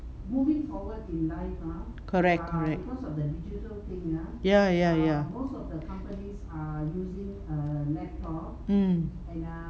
correct correct ya ya ya mm